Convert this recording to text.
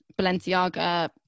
Balenciaga